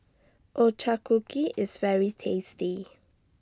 IS very tasty